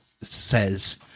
says